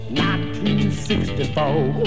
1964